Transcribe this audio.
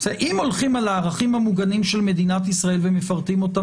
אם הולכים על הערכים המוגנים של מדינת ישראל ומפרטים אותם